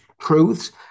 truths